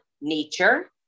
nature